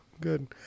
Good